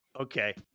Okay